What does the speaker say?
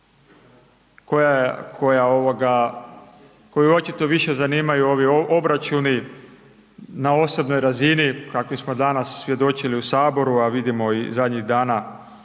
koju očito više zanimaju ovi obračuni na osobnoj razini kakvim smo danas svjedočili u saboru, a vidimo i zadnjih dana